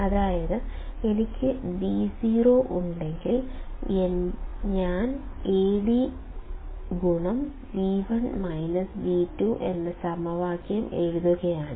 അതായത് എനിക്ക് Vo ഉണ്ടെങ്കിൽ ഞാൻ Ad എന്ന സമവാക്യം എഴുതുകയാണ്